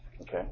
Okay